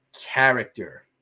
character